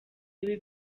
ibi